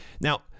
Now